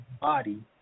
body